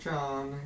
John